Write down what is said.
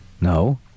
no